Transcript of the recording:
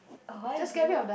why do you